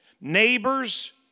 neighbors